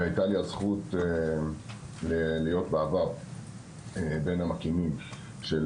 הייתה לי הזכות להיות בעבר בין המקימים של